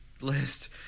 list